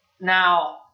Now